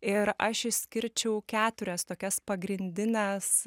ir aš išskirčiau keturias tokias pagrindines